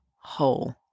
whole